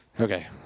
Okay